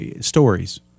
stories